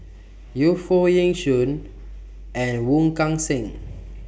Yu Foo Yee Shoon and Wong Kan Seng